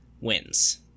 wins